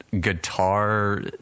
guitar